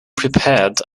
prepared